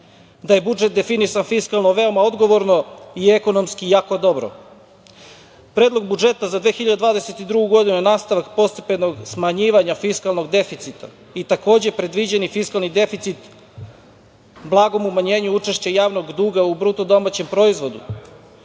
da je budžet definisan fiskalno veoma odgovorno i ekonomski jako dobro? Predlog budžeta za 2022. godinu je nastavak postepenog smanjivanja fiskalnog deficita i takođe predviđeni fiskalni deficit blagog umanjenja učešća javnog duga u BDP. Planirano